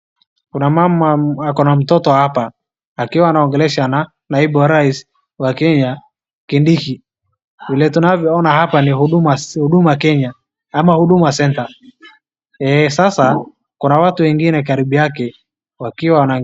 Kuna mama akona mtoto hapa akiwa anaongeleshana naibu rais wa Kenya, Kindiki. Vile tunavyoona hapa ni Huduma Kenya ama Huduma Centre. Sasa kuna watu wengine karibu yake wakiwa wana...